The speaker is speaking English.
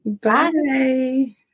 Bye